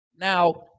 Now